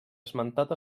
esmentat